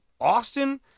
Austin